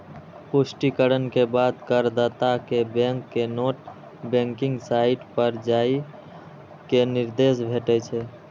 पुष्टिकरण के बाद करदाता कें बैंक के नेट बैंकिंग साइट पर जाइ के निर्देश भेटै छै